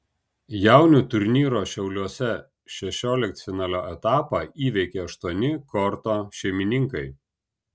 jaunių turnyro šiauliuose šešioliktfinalio etapą įveikė aštuoni korto šeimininkai